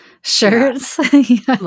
shirts